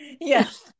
Yes